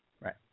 Right